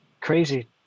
crazy